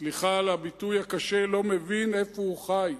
סליחה על הביטוי הקשה, לא מבין איפה הוא חי.